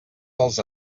dels